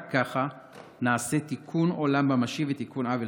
רק ככה נעשה תיקון עולם ממשי ותיקון עוול.